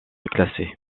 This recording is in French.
classée